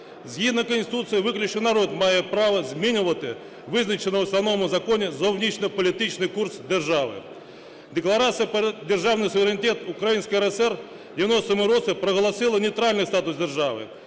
Згідно Конституції виключно народ має право змінювати визначений в Основному Законі зовнішньополітичний курс держави. Декларація про державний суверенітет Української РСР в 90-му році проголосила нейтральний статус держави.